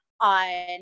on